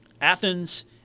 Athens